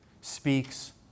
speaks